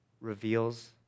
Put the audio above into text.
reveals